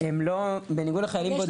בניגוד לחיילים בודדים.